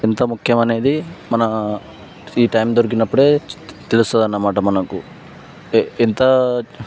ఎంత ముఖ్యమనేది మన ఈ టైమ్ దొరికినప్పుడే తెలుస్తదన్నమాట మనకు ఎంత